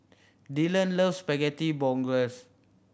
Dillan loves Spaghetti Bolognese